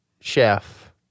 chef